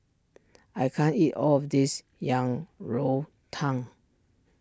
I can't eat all of this Yang Rou Tang